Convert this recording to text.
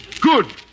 Good